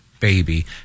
baby